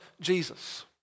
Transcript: Jesus